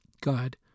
God